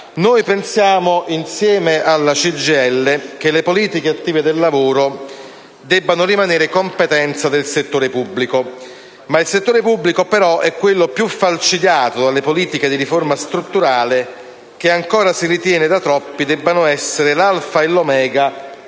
Noi pensiamo, insieme alla CGIL, che le politiche attive del lavoro debbano rimanere competenza del settore pubblico; ma il settore pubblico, però, è quello più falcidiato dalle politiche di riforma strutturale che ancora si ritiene da troppi debbano essere l'alfa e l'omega